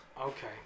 Okay